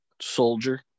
soldier